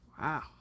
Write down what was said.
Wow